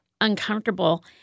uncomfortable